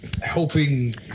helping